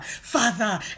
Father